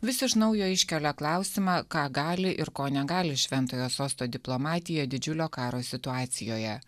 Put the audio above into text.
vis iš naujo iškelia klausimą ką gali ir ko negali šventojo sosto diplomatija didžiulio karo situacijoje